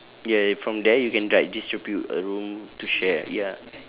ya and from there you can like distribute a room to share ya